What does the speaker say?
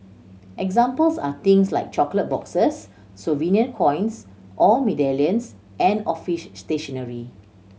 examples are things like chocolate boxes souvenir coins or medallions and office stationery